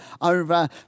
over